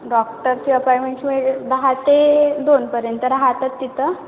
डॉक्टरची अपॉइमेंट म्हणजे दहा ते दोनपर्यंत राहातात तिथं